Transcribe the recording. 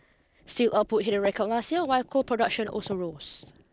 steel output hit a record last year while coal production also rose